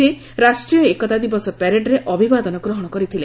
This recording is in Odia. ସେ ରାଷ୍ଟ୍ରୀୟ ଏକତା ଦିବସ ପ୍ୟାରେଡ୍ରେ ଅଭିବାଦନ ଗ୍ରହଣ କରିଥିଲେ